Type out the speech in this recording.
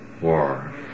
war